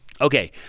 okay